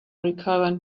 recurrent